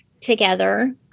together